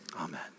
Amen